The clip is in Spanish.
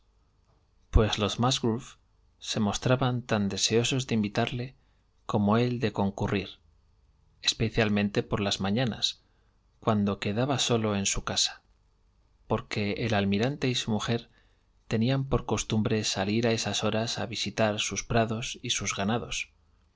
pues los musgrove se mostraban tan deseosos de invitarle como él de concurrir especialmente por las mañanas cuando quedaba solo en su casa porque el almirante y su mujer tenían por costumbre salir a esas horas a visitar sus prados y sus ganados